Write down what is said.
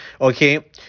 okay